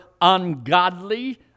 ungodly